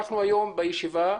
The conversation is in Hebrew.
היום, בישיבה,